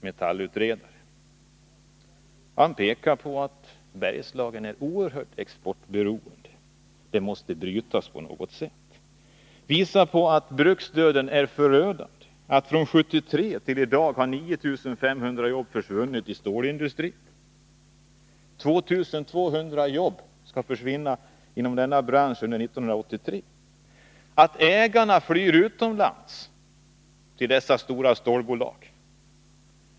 Men utredningen pekar på att Bergslagen är oerhört exportberoende. Det beroendet måste brytas på något sätt. Metall visar också på att bruksdöden är förödande. Från 1973 fram till i dag har 9500 jobb försvunnit inom stålindustrin. 2 200 jobb inom denna bransch skall försvinna under 1983. Ägarna till dessa stora stålbolag flyr utomlands.